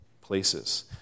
places